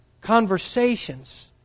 Conversations